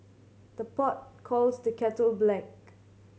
the pot calls the kettle black